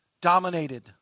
dominated